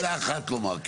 רצית מילה אחת לומר.